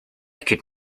could